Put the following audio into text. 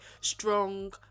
strong